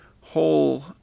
whole